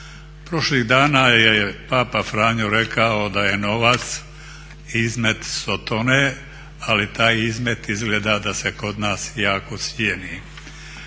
Prošlih dana je Papa Franjo rekao da je novac izmet Sotone ali taj izmet izgleda da se kod nas jako cijeni